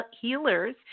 Healers